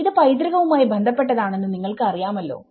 ഇത് പൈതൃകവുമായി ബന്ധപ്പെട്ടതാണെന്ന് നിങ്ങൾക്ക് അറിയാമല്ലോ